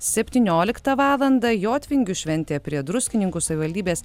septynioliktą valandą jotvingių šventė prie druskininkų savivaldybės